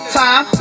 time